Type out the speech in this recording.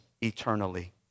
eternally